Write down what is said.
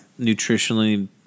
nutritionally